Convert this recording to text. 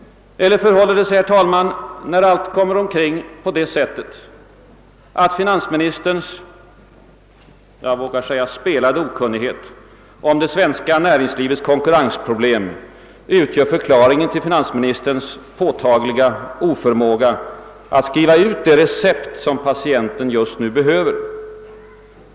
Eller förhåller det sig, herr talman, när allt kommer omkring på det sättet, att finansministerns — jag vågar säga spelade — okunnighet om det svenska näringslivets konkurrensproblem utgör förklaringen till finansministerns påtagliga oförmåga att skriva ut det recept som patienten just nu behöver?